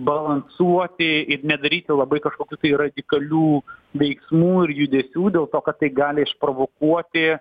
balansuoti ir nedaryti labai kažkokių tai radikalių veiksmų ir judesių dėl to kad tai gali išprovokuoti